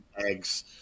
Eggs